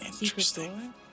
Interesting